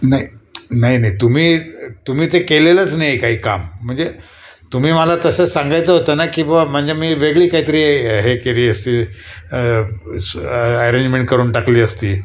नाही नाही नाही तुम्ही तुम्ही ते केलेलंच नाही काही काम म्हणजे तुम्ही मला तसंच सांगायचं होतं ना की बुवा म्हणजे मी वेगळी काहीतरी हे केली असते अरेंजमेंट करून टाकली असती